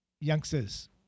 youngsters